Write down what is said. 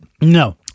No